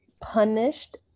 punished